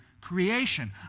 creation